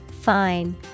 Fine